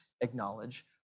acknowledge